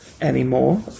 anymore